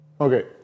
okay